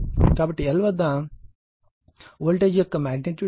కాబట్టి I V యొక్క magnitude R2Lω 1 ωC2మాగ్నిట్యూడ్ అవుతుంది